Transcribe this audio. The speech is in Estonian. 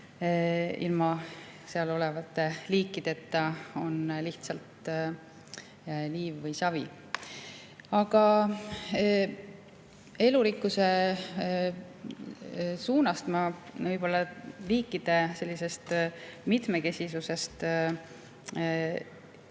ilma seal olevate liikideta on lihtsalt liiv või savi. Aga elurikkusest, võib-olla liikide mitmekesisusest